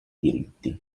diritti